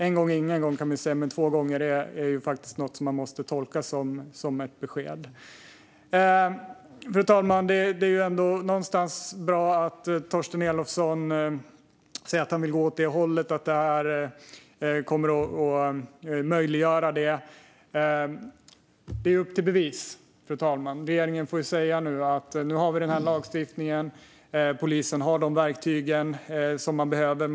En gång är ingen gång, kan man säga, men två gånger är faktiskt något som man måste tolka som ett besked. Fru talman! Det är ändå någonstans bra att Torsten Elofsson säger att han vill gå åt det här hållet och att detta kan komma att möjliggöra att gränskontrollerna tas bort. Men, fru talman, det är upp till bevis! Regeringen får säga: Nu har vi den här lagstiftningen, och polisen har de verktyg de behöver.